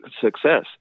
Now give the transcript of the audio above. success